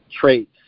traits